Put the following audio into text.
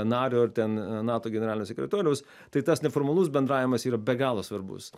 nario ar ten nato generalinio sekretoriaus tai tas neformalus bendravimas yra be galo svarbus